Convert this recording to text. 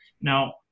now